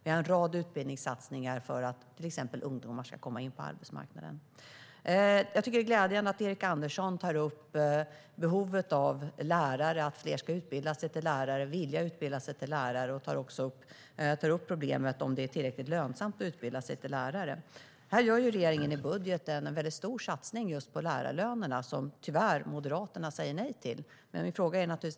Vi har en rad utbildningssatsningar för att till exempel ungdomar ska komma in på arbetsmarknaden. Jag tycker att det är glädjande att Erik Andersson tar upp behovet av lärare och att fler ska vilja utbilda sig till det, liksom problemet med om det är tillräckligt lönsamt att utbilda sig till lärare. Regeringen gör en stor satsning på just lärarlönerna i budgeten som Moderaterna tyvärr säger nej till.